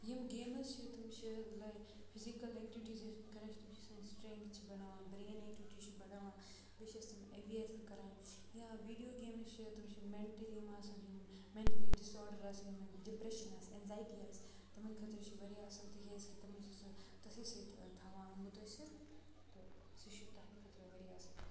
یِم گیمٕز چھِ تِم چھِ لایِک فِزِکَل ایٚکٹِوِٹیٖز یۄس یِم کَران چھِ تِم چھِ سٲنۍ سِٹرٛنٛگٕتھ چھِ بَڑاوان برٛین ایٚکٹِوِٹیٖز چھِ بَڑاوان بیٚیہِ چھِ اَسہِ تِم ایٚوِیَر تہِ کَران یا ویٖڈیو گیمٕز چھِ تِم چھِ مٮ۪نٹٔلی یِم آسان یِم مٮ۪نٹٔلی ڈِس آڑَر آسان یِمَن ڈِپرٛٮ۪شَن آسہِ اٮ۪نزایٹی آسہِ تِمَن خٲطرٕ چھِ واریاہ اَصٕل تِکیٛازِکہِ تِمَن چھُ سُہ تٔتھی سۭتۍ تھَوان مُتٲثِر تہٕ سُہ چھِ تٔہٕنٛدِ خٲطرٕ واریاہ اَصٕل